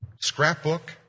scrapbook